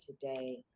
today